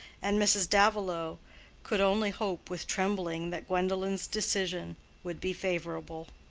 and mrs. davilow could only hope with trembling that gwendolen's decision would be favorable.